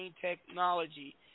technology